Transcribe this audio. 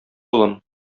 улым